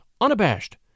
unabashed